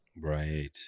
Right